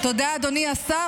תודה, אדוני השר.